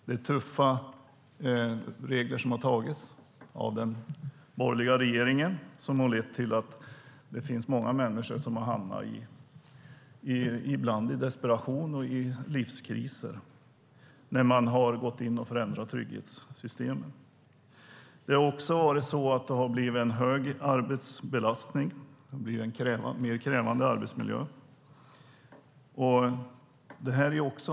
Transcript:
De tuffa regler som har antagits av den borgerliga regeringen har lett till att många människor hamnat i desperation och livskriser efter förändring av trygghetssystemen. Det har också blivit en hög arbetsbelastning och en mer krävande arbetsmiljö.